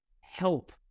help